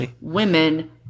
women